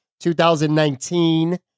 2019